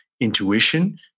intuition